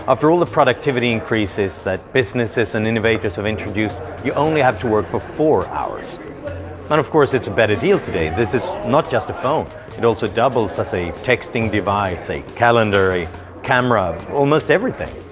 after all the productivity increases that businesses and innovators have introduced, you only have to work for four hours. and of course, it's a better deal today. this is not just a phone it also doubles as a texting device, a calendar, a camera, almost everything.